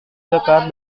dekat